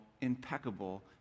impeccable